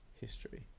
history